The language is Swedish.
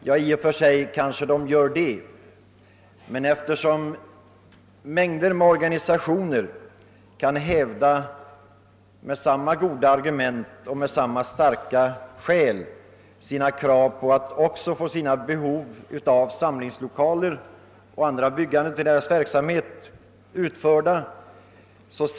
Ja, i och för sig är det kanske riktigt, men mängder av andra organisationer kan med samma skäl använda detta argument för att också deras behov av samlingslokaler och andra byggnader får tillfredsställas utan investeringsavgift.